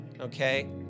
okay